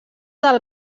del